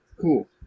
Cool